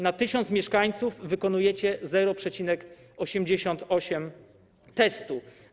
Na 1 tys. mieszkańców wykonujecie 0,88 testów.